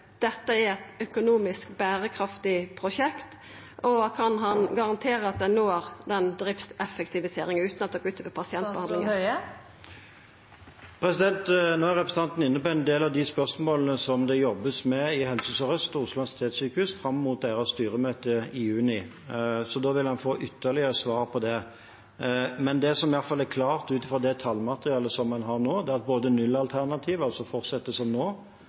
dette er eit økonomisk berekraftig prosjekt? Og kan han garantera at ein når driftseffektiviseringa utan at det går ut over pasientane? Nå er representanten inne på en del av de spørsmålene som det jobbes med i Helse Sør-Øst og Oslo universitetssykehus fram mot deres styremøte i juni. Da vil en få ytterligere svar på det. Men det som iallfall er klart ut fra det tallmaterialet som en har nå, er at både nullalternativet, altså fortsette som nå,